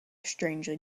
strangely